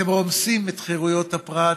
אתם רומסים את חירויות הפרט,